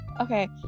okay